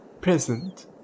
Present